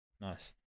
Nice